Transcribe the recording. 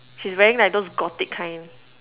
she's wearing like those gothic kind